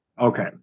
Okay